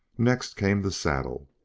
next came the saddle,